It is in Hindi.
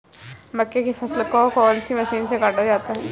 मक्के की फसल को कौन सी मशीन से काटा जाता है?